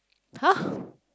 !huh!